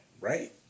right